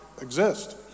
exist